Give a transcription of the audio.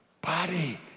body